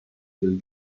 will